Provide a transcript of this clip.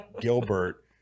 Gilbert